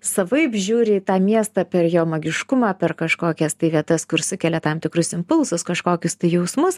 savaip žiūri į tą miestą per jo magiškumą per kažkokias vietas kur sukelia tam tikrus impulsus kažkokius tai jausmus